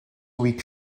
weak